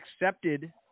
accepted